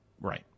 right